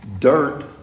dirt